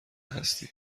هستی